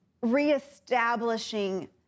reestablishing